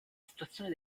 situazione